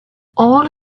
all